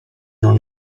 non